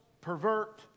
pervert